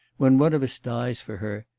when one of us dies for her,